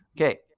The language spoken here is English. Okay